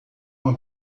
uma